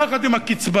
יחד עם הקצבה,